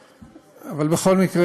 אבל בכל מקרה,